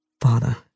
Father